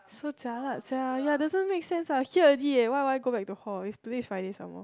so jialat sia ya doesn't make sense ah here already eh why would I go back to hall if today is Friday some more